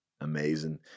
amazing